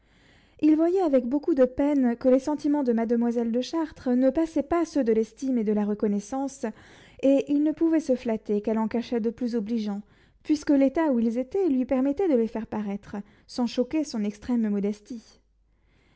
il voyait avec beaucoup de peine que les sentiments de mademoiselle de chartres ne passaient pas ceux de l'estime et de la reconnaissance et il ne pouvait se flatter qu'elle en cachât de plus obligeants puisque l'état où ils étaient lui permettait de les faire paraître sans choquer son extrême modestie